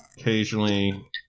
occasionally